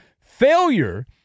failure